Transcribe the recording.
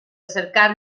cercar